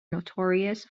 notorious